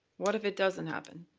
what if it doesn't happen,